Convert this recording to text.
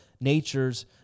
natures